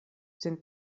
sen